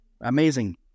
Amazing